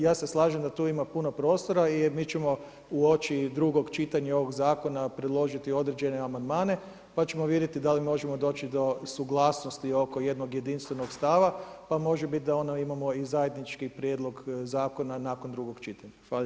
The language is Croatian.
Ja se slažem da tu ima puno prostora i mi ćemo uoči drugog čitanja ovog zakona predložiti određene amandmane pa ćemo vidjeti da li možemo doći do suglasnosti oko jednog jedinstvenog stava, pa može biti da onda imamo i zajednički Prijedlog zakona nakon drugog čitanja.